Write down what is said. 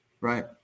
Right